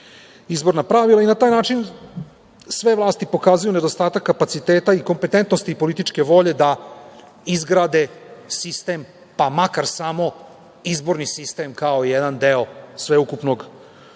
izborna pravila i na taj način sve vlasti pokazuje nedostatak kapaciteta i kompetentnosti političke volje da izgrade sistem, pa makar samo izborni sistem kao jedan deo sveukupnog političkog